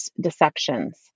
deceptions